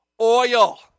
oil